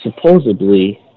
supposedly